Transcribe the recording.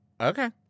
Okay